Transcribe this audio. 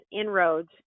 inroads